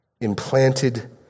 implanted